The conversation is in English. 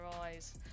eyes